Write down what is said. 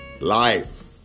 life